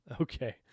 Okay